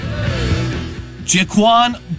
Jaquan